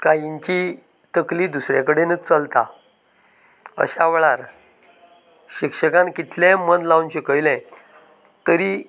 काहिंची तकली दुसरे कडेनच चलता अश्या वेळार शिक्षकान कितलेंय मन लावन शिकयलें तरी